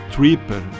Tripper